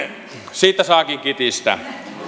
siitä saakin kitistä